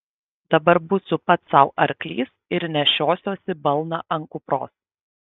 dabar būsiu pats sau arklys ir nešiosiuosi balną ant kupros